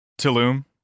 Tulum